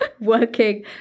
working